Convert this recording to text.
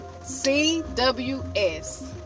CWS